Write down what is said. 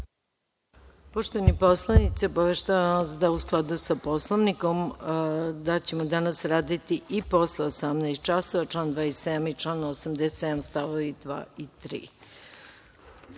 Poštovani poslanici, obaveštavam vas da u skladu sa Poslovnikom, da ćemo danas raditi i posle 18 časova, član 27. i član 87. stavovi 2.